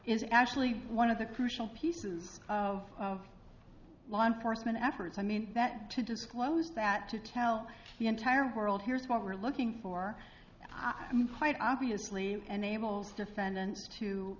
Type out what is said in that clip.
is actually one of the crucial pieces of law enforcement efforts i mean that to disclose that to tell the entire world here's what we're looking for i mean quite obviously enables defendants to